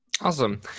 Awesome